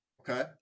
Okay